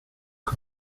que